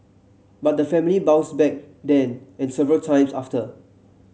but the family bounced back then and several times after